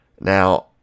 Now